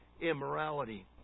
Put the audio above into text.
immorality